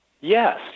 Yes